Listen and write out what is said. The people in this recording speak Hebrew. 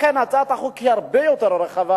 לכן הצעת החוק היא הרבה יותר רחבה,